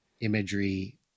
imagery